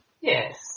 Yes